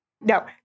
no